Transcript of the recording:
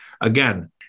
Again